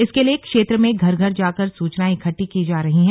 इसके लिए क्षेत्र में घर घर जाकर सूचनाएं इकट्टी की जा रही हैं